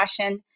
passion